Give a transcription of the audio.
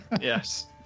Yes